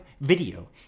video